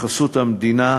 בחסות המדינה,